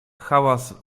hałas